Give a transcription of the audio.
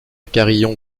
carrillon